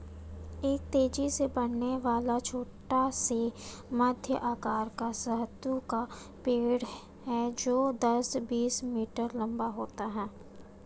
एक तेजी से बढ़ने वाला, छोटा से मध्यम आकार का शहतूत का पेड़ है जो दस, बीस मीटर लंबा होता है